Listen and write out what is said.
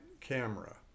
camera